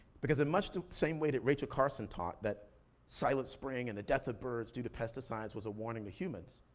because in much the same way that rachel carson taught, that silent spring and the death of birds due to pesticides was a warning to humans,